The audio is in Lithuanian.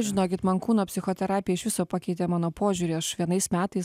žinokit man kūno psichoterapija iš viso pakeitė mano požiūrį aš vienais metais